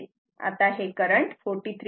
आता हे करंट 43